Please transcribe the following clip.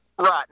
Right